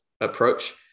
approach